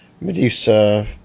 Medusa